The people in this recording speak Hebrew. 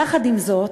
יחד עם זאת,